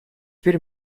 bir